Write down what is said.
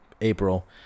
April